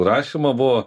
rašymo buvo